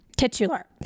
titular